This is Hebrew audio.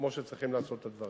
כמו שצריכים לעשות את הדברים.